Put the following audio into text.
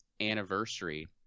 anniversary